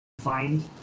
find